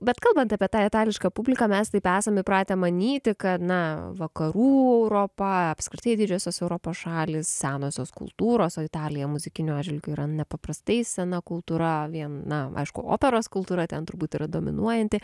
bet kalbant apie tą itališką publiką mes taip esam įpratę manyti kad na vakarų europa apskritai didžiosios europos šalys senosios kultūros o italija muzikiniu atžvilgiu yra nepaprastai sena kultūra vien na aišku operos kultūra ten turbūt yra dominuojanti